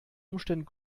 umständen